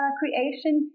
creation